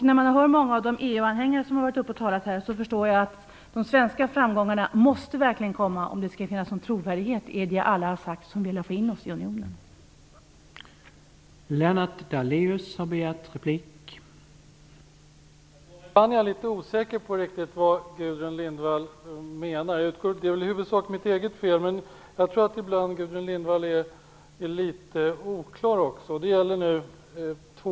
När jag hör många av de EU-anhängare som varit uppe här förstår jag att de svenska framgångarna verkligen måste komma om det skall finnas någon trovärdighet i det alla som har velat få in oss i unionen har sagt.